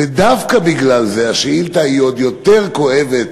ודווקא בגלל זה השאילתה היא עוד יותר כואבת.